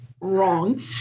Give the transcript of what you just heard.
wrong